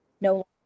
no